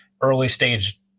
early-stage